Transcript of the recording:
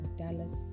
dallas